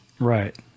Right